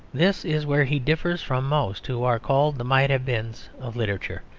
this is where he differs from most who are called the might-have-beens of literature.